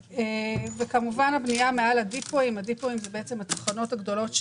כמובן, הבנייה מעל התחנות הגדולות,